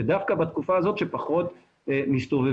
שדווקא בתקופה הזאת פחות מסתובבים.